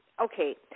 Okay